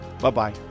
Bye-bye